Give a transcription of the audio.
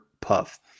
Puff